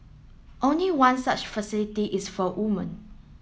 only one such facility is for women